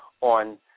on